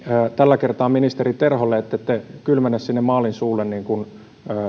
tällä kertaa ministeri terholle ettette kylmene sinne maalin suulle niin kuin